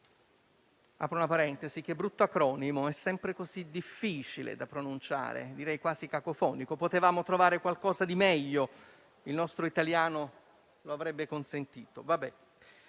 Apro una parentesi per dire che è un brutto acronimo, così difficile da pronunciare, direi quasi cacofonico; potevamo trovare qualcosa di meglio, il nostro italiano lo avrebbe consentito.